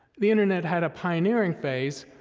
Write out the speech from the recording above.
the internet had a pioneering phase,